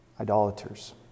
idolaters